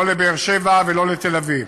לא לבאר-שבע ולא לתל-אביב.